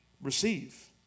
receive